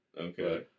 Okay